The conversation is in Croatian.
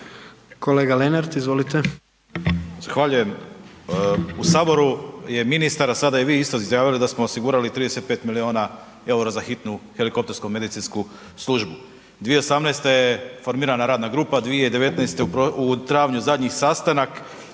Kolega Lenart izvolite.